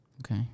Okay